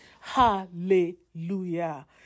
Hallelujah